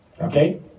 Okay